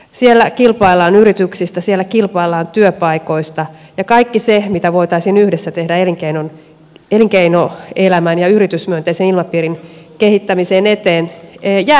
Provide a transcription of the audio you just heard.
siellä kilpaillaan yrityksistä siellä kilpaillaan työpaikoista ja kaikki se mitä voitaisiin yhdessä tehdä elinkeinoelämän ja yritysmyönteisen ilmapiirin kehittämisen eteen jää tekemättä